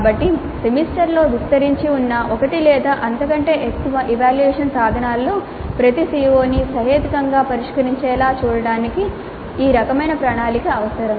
కాబట్టి సెమిస్టర్లో విస్తరించి ఉన్న ఒకటి లేదా అంతకంటే ఎక్కువ ఎవాల్యూయేషన్ సాధనాలలో ప్రతి CO ని సహేతుకంగా పరిష్కరించేలా చూడడానికి ఈ రకమైన ప్రణాళిక అవసరం